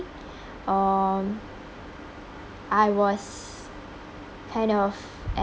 um I was kind of